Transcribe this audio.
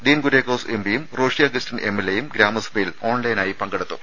ഡീൻ കുര്യാക്കോസ് എംപിയും റോഷി അഗസ്റ്റിൻ എംഎൽഎയും ഗ്രാമസഭയിൽ ഓൺലൈനായി പങ്കെടുത്തു